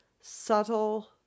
subtle